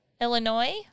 Illinois